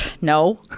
No